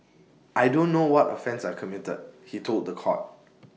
I don't know what offence I committed he told The Court